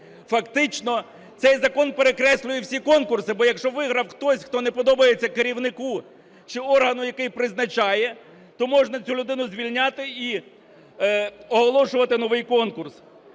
Фактично цей закон перекреслює всі конкурси. Бо якщо виграв хтось, хто не подобається керівнику чи органу, який призначає, то можна цю людину звільняти і оголошувати новий конкурс.